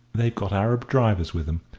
they've got arab drivers with them.